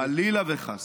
חלילה וחס.